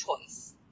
choice